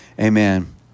amen